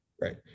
Right